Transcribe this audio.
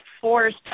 forced